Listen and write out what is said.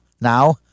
Now